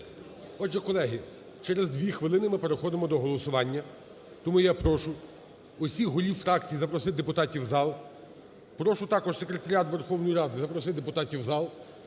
Отже, колеги, через 2 хвилини ми переходимо до голосування. Тому я прошу всіх голів фракцій запросити депутатів в зал. Прошу також Секретаріат Верховної Ради запросити депутатів в зал.